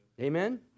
Amen